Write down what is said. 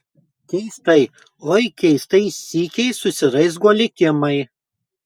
keistai oi keistai sykiais susiraizgo likimai